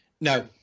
no